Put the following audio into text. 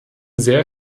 sehr